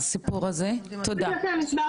תודה, תודה.